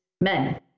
men